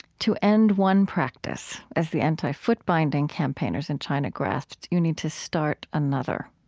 to end one practice as the anti-foot-binding campaigners in china grasped, you need to start another.